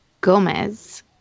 Gomez